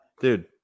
dude